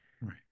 right